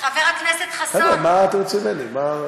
חבר הכנסת חסון, השר, חבר'ה, מה אתם רוצים ממני?